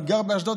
אני גר באשדוד,